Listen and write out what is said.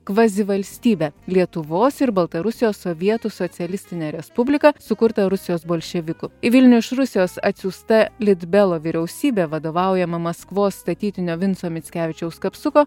kvazivalstybę lietuvos ir baltarusijos sovietų socialistinė respublika sukurta rusijos bolševikų į vilnių iš rusijos atsiųsta litbelo vyriausybė vadovaujama maskvos statytinio vinco mickevičiaus kapsuko